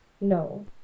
No